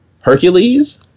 Hercules